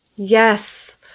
Yes